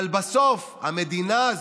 אבל בסוף, המדינה הזאת,